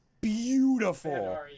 Beautiful